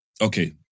Okay